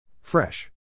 Fresh